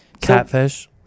Catfish